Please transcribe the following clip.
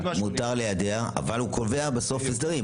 מותר ליידע אבל הוא קובע בסוף כללים.